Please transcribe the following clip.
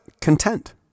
content